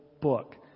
book